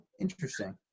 Interesting